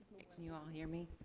can you all hear me?